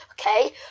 Okay